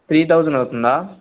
three thousand అవుతుందా